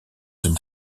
une